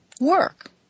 work